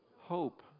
Hope